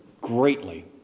greatly